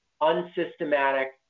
unsystematic